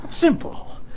Simple